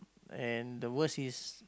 and the worst is